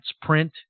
print